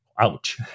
ouch